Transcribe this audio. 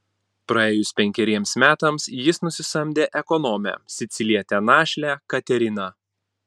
praėjus penkeriems metams jis nusisamdė ekonomę sicilietę našlę kateriną